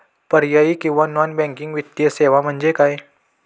पर्यायी किंवा non banking वित्तीय सेवा म्हणजे काय?